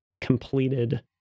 completed